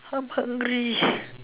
I'm hungry